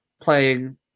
playing